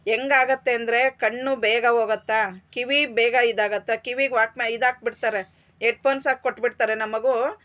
ಎಂಗ್ ಆಗುತ್ತೆ ಅಂದ್ರೆ ಕಣ್ಣು ಬೇಗ ಹೋಗುತ್ತಾ ಕಿವಿ ಬೇಗ ಇದಾಗತ್ತಾ ಕಿವಿಗ್ ವಾಕ್ನ ಇದ್ ಹಾಕ್ ಬಿಡ್ತಾರೆ ಹೆಡ್ಫೋನ್ಸ್ ಹಾಕ್ ಕೊಟ್ಬಿಡ್ತಾರೆ ನಮ್ ಮಗು